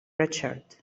richard